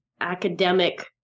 academic